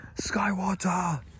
Skywater